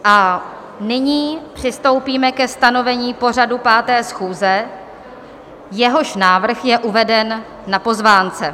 A nyní přistoupíme ke stanovení pořadu 5. schůze, jehož návrh je uveden na pozvánce.